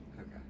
Okay